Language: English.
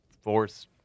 force